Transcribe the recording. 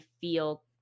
feel